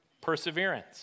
Perseverance